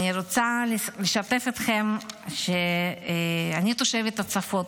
ואני רוצה לשתף אתכם שאני תושבת הצפון,